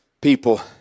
people